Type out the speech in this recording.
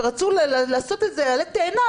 ורצו לעשות איזה עלה תאנה,